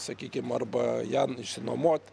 sakykim arba ją išsinuomot